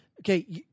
okay